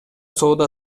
соода